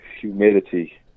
Humidity